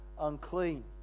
unclean